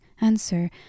answer